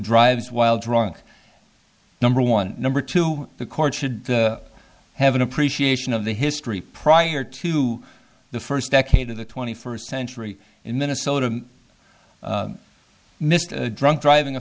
drives while drunk number one number two the court should have an appreciation of the history prior to the first decade of the twenty first century in minnesota mr drunk